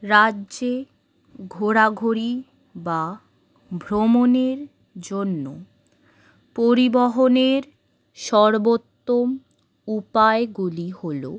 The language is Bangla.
রাজ্যে ঘোরাঘুরি বা ভ্রমণের জন্য পরিবহনের সর্বোত্তম উপায়গুলি হলো